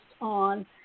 on